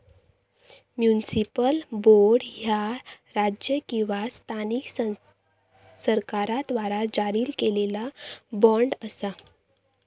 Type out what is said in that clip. municipal bond, ह्या राज्य किंवा स्थानिक सरकाराद्वारा जारी केलेला बॉण्ड असा